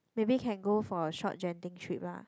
maybe can go for a short Genting trip lah